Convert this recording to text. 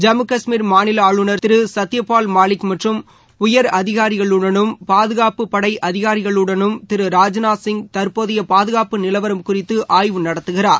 ஜம்மு கஷ்மீர் மாநில ஆளுநர் திரு சத்தியபால் மாலிக் மற்றம் உயர் அதிகாரிகளுடனும் பாதுகாப்பு படை அதிகாரிகளுடனம் திரு ராஜ்நாத்சிங் தற்போதைய பாதுகாப்பு நிலவரம் குறித்து ஆய்வு நடத்தகிறார்